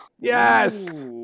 Yes